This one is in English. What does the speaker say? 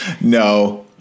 no